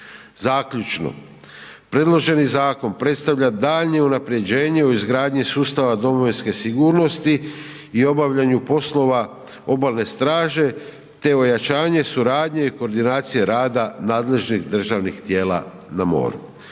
Zaključno, predloženi zakon predstavlja daljnje unapređenje u izgradnji sustava domovinske sigurnosti i obavljanju poslova obalne straže te ojačanje suradnje i koordinacija rada nadležnih državnih tijela na moru.